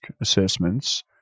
assessments –